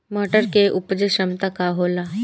मटर के उपज क्षमता का होला?